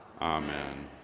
amen